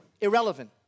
irrelevant